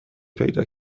پیدا